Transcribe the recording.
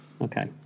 okay